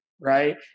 Right